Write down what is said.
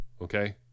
Okay